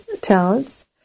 talents